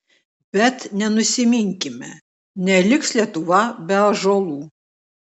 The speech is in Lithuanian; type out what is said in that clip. bet nenusiminkime neliks lietuva be ąžuolų